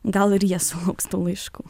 gal ir jie sulauks tų laiškų